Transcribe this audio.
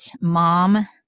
mom-